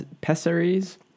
pessaries